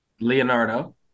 Leonardo